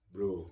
Bro